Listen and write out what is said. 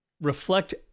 reflect